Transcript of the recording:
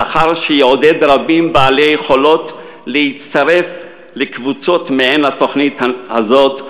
שכר שיעודד רבים בעלי יכולת להצטרף לקבוצות מעין התוכנית הזאת,